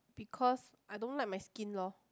because I don't like my skin loh